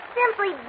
simply